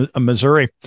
Missouri